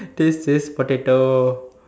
this is potato